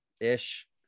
ish